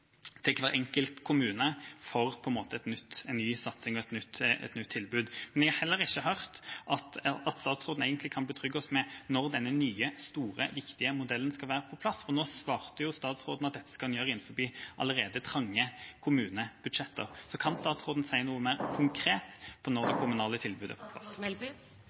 til hver enkelt kommune til en ny satsing og et nytt tilbud. Jeg har heller ikke hørt at statsråden kan betrygge oss med tanke på når denne nye, store og viktige modellen skal være på plass. Statsråden svarte jo nå at en skal gjøre dette innenfor allerede trange kommunebudsjetter. Kan statsråden si noe mer konkret om når det kommunale tilbudet er på plass?